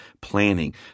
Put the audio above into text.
planning